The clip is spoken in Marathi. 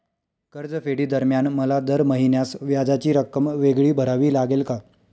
कर्जफेडीदरम्यान मला दर महिन्यास व्याजाची रक्कम वेगळी भरावी लागेल का?